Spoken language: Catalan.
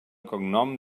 cognom